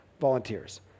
volunteers